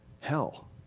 hell